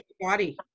body